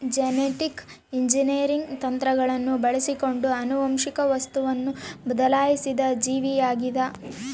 genetic engineering ತಂತ್ರಗಳನ್ನು ಬಳಸಿಕೊಂಡು ಆನುವಂಶಿಕ ವಸ್ತುವನ್ನು ಬದಲಾಯಿಸಿದ ಜೀವಿಯಾಗಿದ